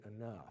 enough